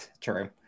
True